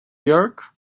york